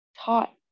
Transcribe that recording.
taught